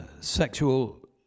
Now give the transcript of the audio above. Sexual